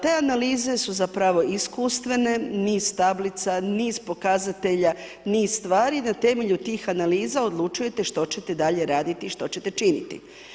Te analize su zapravo iskustvene, niz tablica, niz pokazatelja, niz stvari, na temelju tih analiza odlučujete što ćete dalje radi, što ćete činiti.